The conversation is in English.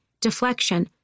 deflection